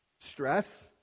stress